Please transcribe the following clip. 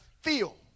feel